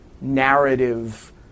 narrative